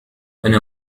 أنا